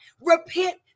repent